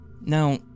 Now